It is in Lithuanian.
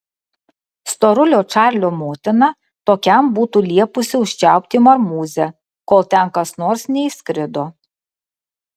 storulio čarlio motina tokiam būtų liepusi užčiaupti marmūzę kol ten kas nors neįskrido